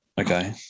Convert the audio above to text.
Okay